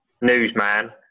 newsman